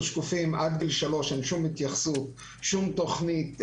עד גיל שלוש אין שום התייחסות, שום תכנית.